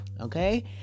Okay